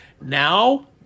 Now